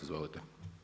Izvolite.